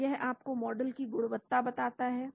तो यह आपको मॉडल की गुणवत्ता बताता है